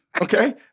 Okay